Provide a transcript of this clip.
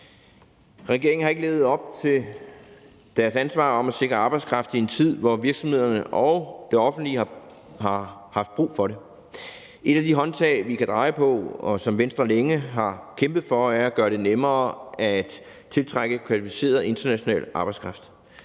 Regeringen har ikke levet op til sit ansvar for at sikre arbejdskraft i en tid, hvor virksomhederne og det offentlige har haft brug for den. Et af de håndtag, vi kan dreje på, og som Venstre længe har kæmpet for, er at gøre det nemmere at tiltrække kvalificeret international arbejdskraft.